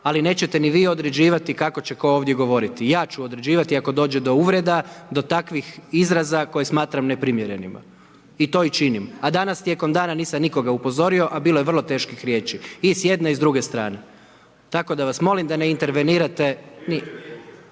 ali nećete ni vi određivati kako će tko ovdje govoriti. Ja ću određivati ako dođe do uvreda, do takvih izraza koje smatram neprimjerenima i to i činim. A danas tijekom dana nisam nikoga upozorio a bilo je vrlo teških riječi i s jedne i druge strane. Tako da vas da ne intervenirate.